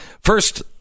first